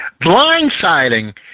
blindsiding